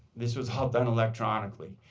this was all done electronically.